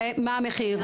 מה המחיר?